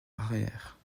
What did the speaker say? arrière